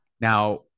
Now